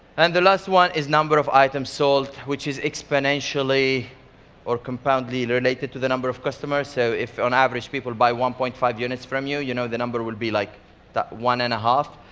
and the last one is number of items sold, which is exponentially or compoundly related to the number of customers. so if on average, people buy one point five units from you, you know the number would be like one and a half.